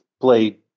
played